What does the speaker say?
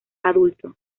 adulto